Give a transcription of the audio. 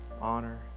honor